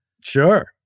Sure